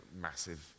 massive